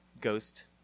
ghost